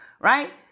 Right